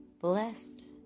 blessed